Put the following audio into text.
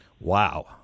Wow